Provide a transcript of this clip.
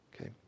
okay